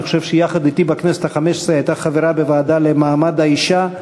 אני חושב שבכנסת החמש-עשרה היא הייתה יחד אתי חברה בוועדה למעמד האישה,